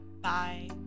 Bye